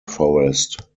forest